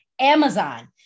Amazon